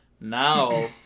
now